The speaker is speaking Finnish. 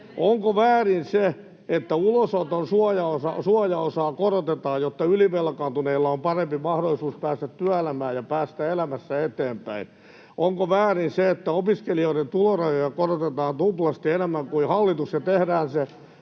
Onko väärin se, että ulosoton suojaosaa korotetaan, jotta ylivelkaantuneilla on parempi mahdollisuus päästä työelämään ja päästä elämässä eteenpäin? Onko väärin se, että opiskelijoiden tulorajoja korotetaan tuplasti enemmän kuin hallitus ja tehdään se